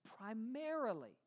primarily